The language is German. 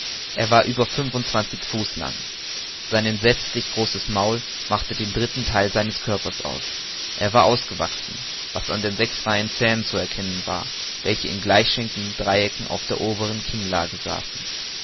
er war über fünfundzwanzig fuß lang sein entsetzlich großes maul machte den dritten theil seines körpers aus er war ausgewachsen was an den sechs reihen zähnen zu erkennen war welche in gleichschenkeligen dreiecken auf der oberen kinnlade saßen